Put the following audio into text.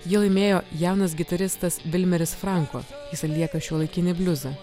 jį laimėjo jaunas gitaristas vilmeris franko jis atlieka šiuolaikinį bliuzą